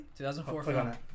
2004